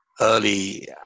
early